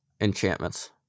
Enchantments